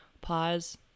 pause